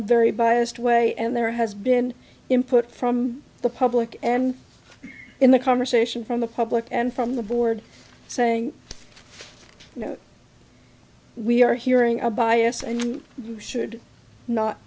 a very biased way and there has been input from the public and in the conversation from the public and from the board saying you know we are hearing a bias and we should not